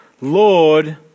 Lord